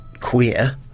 queer